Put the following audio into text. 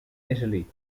italy